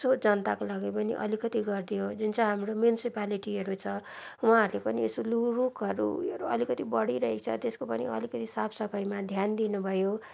यसो जनताको लागि पनि अलिकति गरिदियो जुन चाहिँ हाम्रो म्युनसिपालिटीहरू छ उहाँहरूले पनि यसो लु रुखहरू उयोहरू अलिकति बढिरहेको छ त्यसको पनि अलिकति साफ सफाइमा ध्यान दिनु भयो